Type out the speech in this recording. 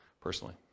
personally